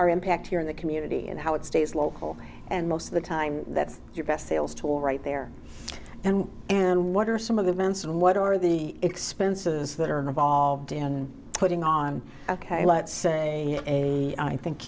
our impact here in the community and how it stays local and most of the time that's your best sales tool right there and and what are some of the events and what are the expenses that are involved in putting on ok let's say i think